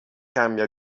cambia